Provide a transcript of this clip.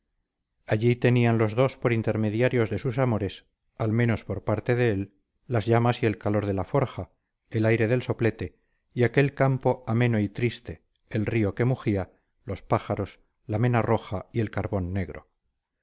allí tenían los dos por intermediarios de sus amores al menos por parte de él las llamas y el calor de la forja el aire del soplete y aquel campo ameno y triste el río que mugía los pájaros la mena roja y el carbón negro